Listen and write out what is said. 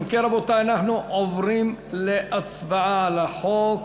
אם כן, רבותי, אנחנו עוברים להצבעה על החוק.